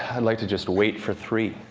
i'd like to just wait for three.